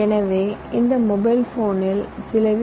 எனவே இந்த மொபைல் போனில் சில வி